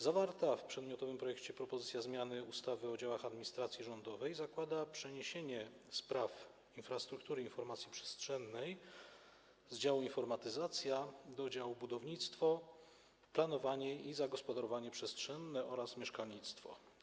Zawarta w przedmiotowym projekcie propozycja zmiany ustawy o działach administracji rządowej zakłada przeniesienie spraw infrastruktury informacji przestrzennej z działu: informatyzacja do działu: budownictwo, planowanie i zagospodarowanie przestrzenne oraz mieszkalnictwo.